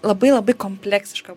labai labai kompleksiška